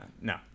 no